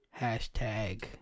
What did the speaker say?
hashtag